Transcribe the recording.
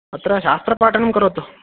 अत्र शास्त्रपाठनं करोतु